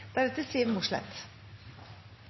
vere. Siv Mossleth